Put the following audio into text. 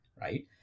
right